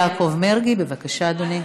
חבר הכנסת יעקב מרגי, בבקשה, אדוני.